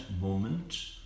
moment